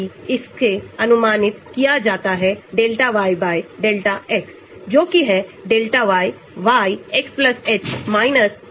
तो आश्रित चर गतिविधि होगी और स्वतंत्र चर एक पैरामीटर डिस्क्रिप्टर अथवा संरचनात्मक विशेषता होगी